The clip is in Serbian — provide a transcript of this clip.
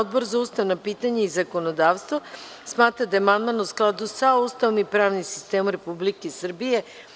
Odbor za ustavna pitanja i zakonodavstvo smatra da je amandman u skladu sa Ustavom i pravnim sistemom Republike Srbije.